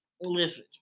Listen